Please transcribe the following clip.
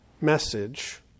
message